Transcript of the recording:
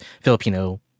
Filipino